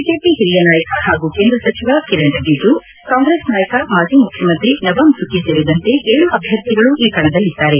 BJP ಹಿರಿಯ ನಾಯಕ ಹಾಗೂ ಕೇಂದ್ರ ಸಚಿವ ಕಿರಣ್ ರಿಜಿಜೂ ಕಾಂಗ್ರೆಸ್ ನಾಯಕ ಮಾಜಿ ಮುಖ್ಯಮಂತ್ರಿ ನಬಂ ತುಕಿ ಸೇರಿದಂತೆ ಏಳು ಅಭ್ಯರ್ಥಿಗಳು ಈ ಕಣದಲ್ಲಿದ್ದಾರೆ